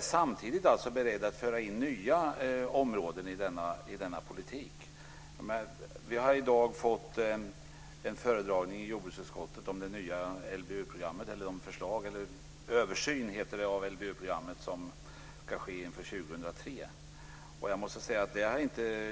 Samtidigt är hon beredd att föra in nya områden i denna politik. Vi har i dag i jordbruksutskottet fått en föredragning om den översyn av LBU-programmet som ska ske inför 2003.